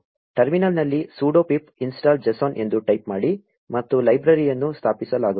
ಟರ್ಮಿನಲ್ನಲ್ಲಿ sudo pip install json ಎಂದು type ಮಾಡಿ ಮತ್ತು ಲೈಬ್ರರಿಯನ್ನು ಸ್ಥಾಪಿಸಲಾಗುತ್ತದೆ